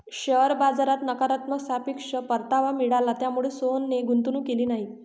share बाजारात नकारात्मक सापेक्ष परतावा मिळाला, त्यामुळेच सोहनने गुंतवणूक केली नाही